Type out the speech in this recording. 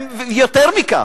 יותר מכך,